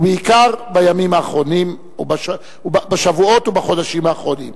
ובעיקר בימים האחרונים ובשבועות ובחודשים האחרונים.